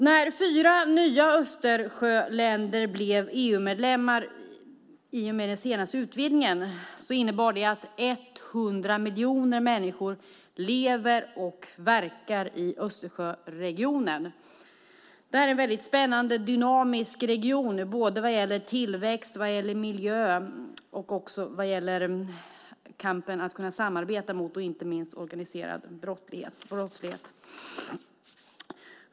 När fyra nya Östersjöländer blev EU-medlemmar i och med den senaste utvidgningen innebar det att 100 miljoner människor lever och verkar i Östersjöregionen. Det är en väldigt spännande och dynamisk region vad gäller både tillväxt och miljö och att kunna samarbeta i kampen mot inte minst organiserad brottslighet.